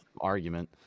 argument